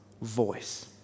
voice